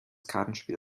kartenspiel